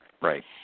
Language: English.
right